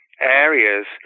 areas